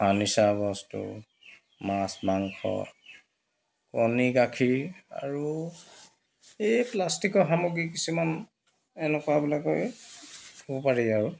furniture বস্তু মাছ মাংস কণী গাখীৰ আৰু এই প্লাষ্টিকৰ সামগ্ৰী কিছুমান এনেকুৱাবিলাকৰে ক'ব পাৰি আৰু